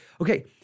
Okay